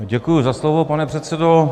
Děkuji za slovo, pane předsedo.